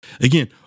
again